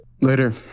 Later